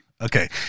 okay